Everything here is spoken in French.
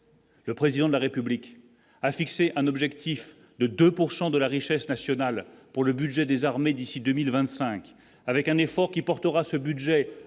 Le président de la République a fixé un objectif de 2 pourcent de de la richesse nationale pour le budget des armées d'ici 2025, avec un effort qui portera ce budget